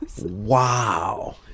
Wow